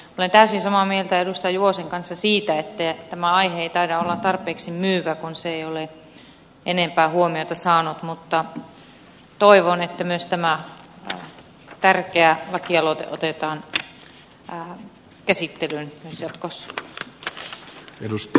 olen täysin samaa mieltä edustaja juvosen kanssa siitä että tämä aihe ei taida olla tarpeeksi myyvä kun se ei ole enempää huomiota saanut mutta toivon että myös tämä tärkeä lakialoite otetaan käsittelyyn jatkossa